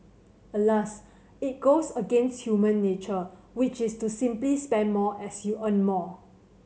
Alas it goes against human nature which is to simply spend more as you earn more